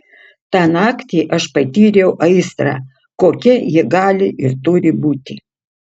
tą naktį aš patyriau aistrą kokia ji gali ir turi būti